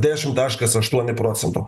dešim taškas aštuoni procento